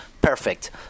perfect